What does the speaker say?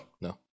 no